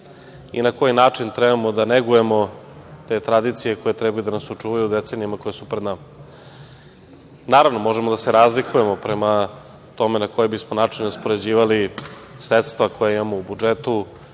i na koji način trebamo da negujemo te tradicije koje trebaju da nas očuvaju u decenijama koje su ped nama? Naravno, možemo da se razlikujemo prema tome na koji bismo način raspoređivali sredstva koja imamo u budžetu,